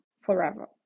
forever